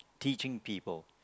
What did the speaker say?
teaching people